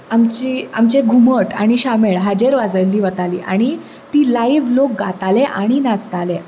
आमचें घुमठ आनी शामेळ हाचेर वाजयल्ली वतालीं आनी तीं लायव्ह लोक गाताले आनी नाचताले